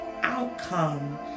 outcome